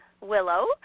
willow